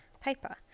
paper